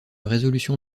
résolution